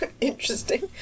interesting